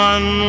One